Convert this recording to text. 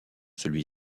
celui